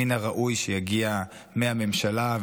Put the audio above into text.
מן הראוי שיגיע מהממשלה,